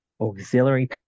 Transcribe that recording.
auxiliary